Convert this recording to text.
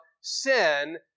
sin